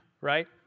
right